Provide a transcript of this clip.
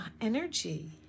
energy